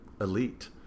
elite